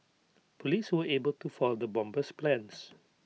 Police were able to foil the bomber's plans